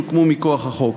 שהוקמו מכוח החוק.